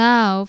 Now